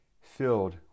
filled